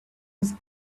was